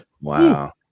Wow